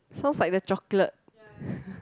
sounds like the chocolate